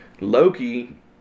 Loki